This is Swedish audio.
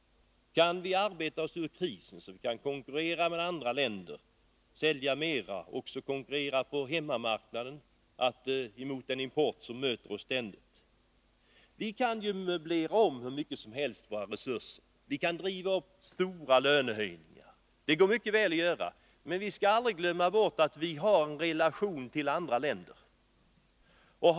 Kan vi göra det, kan vi konkurrera med andra länder, sälja mera och också konkurrera på hemmamarknaden med den import som ständigt möter OSS. Vi kan möblera om med våra resurser hur mycket som helst. Vi kan t.ex. driva upp stora lönehöjningar — det går mycket bra att göra. Men vi får aldrig glömma bort att vi har en relation till andra länder.